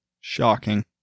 Shocking